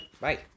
Bye